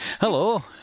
Hello